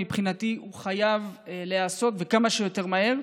מבחינתי הוא חייב להיעשות וכמה שיותר מהר,